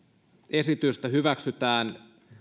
esitystä hyväksytään